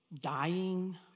Dying